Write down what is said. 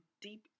deep